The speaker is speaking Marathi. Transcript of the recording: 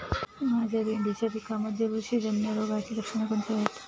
माझ्या भेंडीच्या पिकामध्ये बुरशीजन्य रोगाची लक्षणे कोणती आहेत?